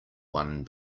one